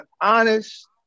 honest